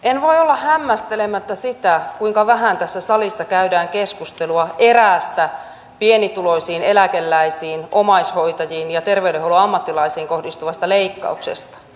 en voi olla hämmästelemättä sitä kuinka vähän tässä salissa käydään keskustelua eräästä pienituloisiin eläkeläisiin omaishoitajiin ja terveydenhuollon ammattilaisiin kohdistuvasta leikkauksesta